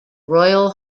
royal